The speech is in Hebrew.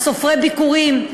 על סופרי ביכורים,